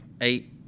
eight